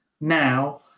now